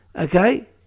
Okay